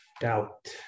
doubt